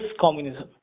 communism